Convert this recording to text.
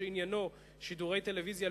שעניינו שידורי טלוויזיה,